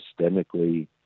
systemically